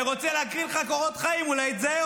אני רוצה להקריא לך קורות חיים ואולי תזהה